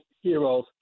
heroes